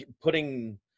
putting